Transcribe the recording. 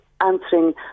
answering